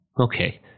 Okay